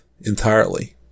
entirely